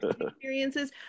experiences